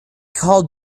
called